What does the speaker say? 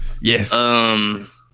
Yes